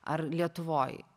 ar lietuvoj